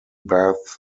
bath